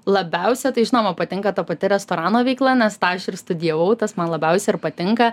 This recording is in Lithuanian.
labiausia tai žinoma patinka ta pati restorano veikla nes tą ir studijavau tas man labiausia ir patinka